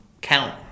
count